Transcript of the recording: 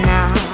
Now